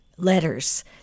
letters